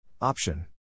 Option